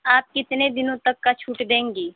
आप कितने दिनों तक का छूट देंगी